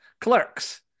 Clerks